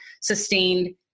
sustained